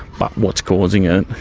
but what's causing it,